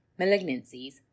malignancies